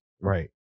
right